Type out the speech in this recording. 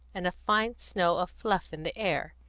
and a fine snow of fluff in the air,